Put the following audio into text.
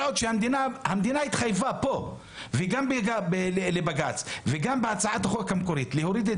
המדינה התחייבה פה וגם לבג"ץ וגם בהצעת החוק המקורית להוריד את